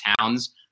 Towns